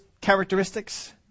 characteristics